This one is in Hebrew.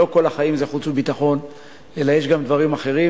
שלא כל החיים זה חוץ וביטחון אלא יש גם דברים אחרים,